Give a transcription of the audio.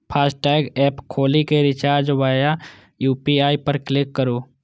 FASTag app खोलि कें recharge via UPI पर क्लिक करू